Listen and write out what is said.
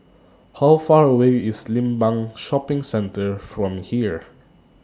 How Far away IS Limbang Shopping Centre from here